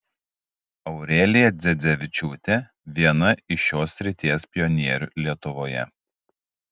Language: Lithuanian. aurelija dzedzevičiūtė viena iš šios srities pionierių lietuvoje